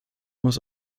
muss